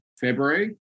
February